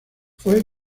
fue